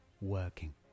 working